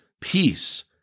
Peace